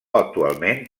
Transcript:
actualment